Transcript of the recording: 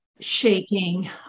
shaking